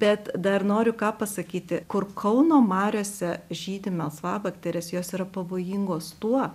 bet dar noriu ką pasakyti kur kauno mariose žydi melsvabakterės jos yra pavojingos tuo